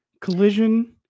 Collision